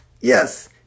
yes